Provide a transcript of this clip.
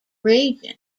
region